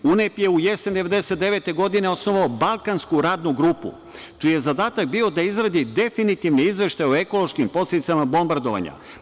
UNEP je u jesen u 1999. godine osnovao Balkansku radnu grupu čiji je zadatak bio da izradi definitivni izveštaj o ekološkim posledicama bombardovanja.